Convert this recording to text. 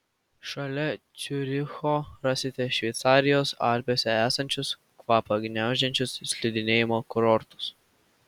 šalia ciuricho rasite šveicarijos alpėse esančius kvapą gniaužiančius slidinėjimo kurortus